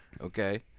Okay